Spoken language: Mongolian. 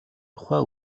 тухай